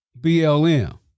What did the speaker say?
BLM